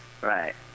Right